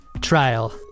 trial